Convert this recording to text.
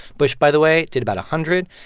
bush, by the way, did about a hundred.